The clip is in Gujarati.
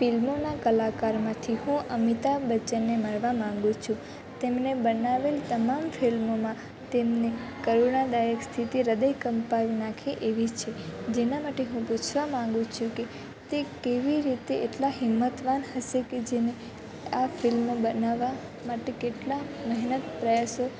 ફિલ્મોના કલાકારમાંથી હું અમિતાબ બચ્ચનને મળવા માંગુ છું તેમણે બનાવેલ તમામ ફિલ્મોમાં તેમને કરુણાદાયક સ્થિતિ હ્રદય કંપાવી નાખે એવી છે જેના માટે હું પૂછવા માંગુ છું કે તે કેવી રીતે એટલા હિંમતવાન હશે કે જેને આ ફિલ્મો બનાવવા માટે કેટલા મેહનત પ્રયાસો